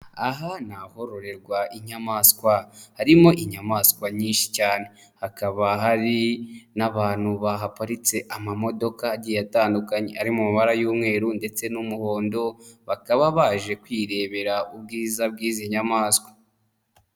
Aha ni ahororerwa inyamaswa. Harimo inyamaswa nyinshi cyane hakaba hari n'abantu bahaparitse amamodoka agiye atandukanye ari mu mbara y'umweru ndetse n'umuhondo bakaba baje kwirebera ubwiza bw'izi nyamaswa.